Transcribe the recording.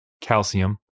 calcium